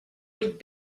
would